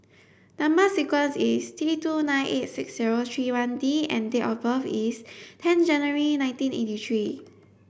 number sequence is T two nine eight six zero three one D and date of birth is ten January nineteen eighty three